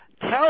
Tell